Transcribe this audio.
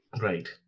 Right